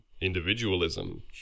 individualism